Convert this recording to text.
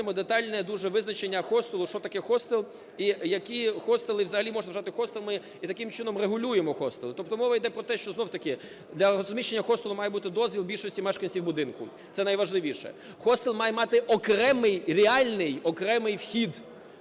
дозвіл більшості мешканців будинку, це найважливіше. Хостел має мати окремий, реальний окремий вхід,